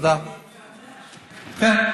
כן.